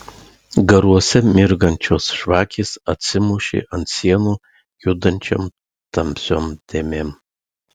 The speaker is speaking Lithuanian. garuose mirgančios žvakės atsimušė ant sienų judančiom tamsiom dėmėm